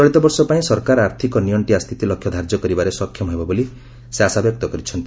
ଚଳିତ ବର୍ଷ ପାଇଁ ସରକାର ଆର୍ଥିକ ନିଅକ୍ଷିଆ ସ୍ଥିତି ଲକ୍ଷ୍ୟ ଧାର୍ଯ୍ୟ କରିବାରେ ସକ୍ଷମ ହେବେ ବୋଲି ସେ ଆଶାବ୍ୟକ୍ତ କରିଛନ୍ତି